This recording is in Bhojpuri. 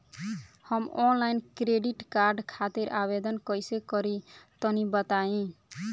हम आनलाइन क्रेडिट कार्ड खातिर आवेदन कइसे करि तनि बताई?